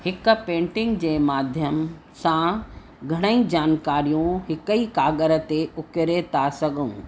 हिकु पेंटिंग जे माध्यम सां घणेई जानकारियूं हिकु ई काॻर ते उकेरे था सघूं